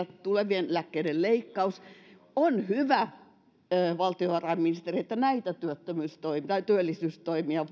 tulevien eläkkeiden leikkaus työttömiltä on hyvä valtiovarainministeri että näitä työttömyystoimia tai työllisyystoimia